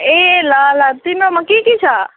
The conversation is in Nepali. ए ल ल तिम्रोमा के के छ